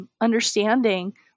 Understanding